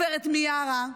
גברת מיארה,